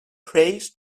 prays